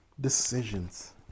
decisions